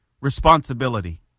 responsibility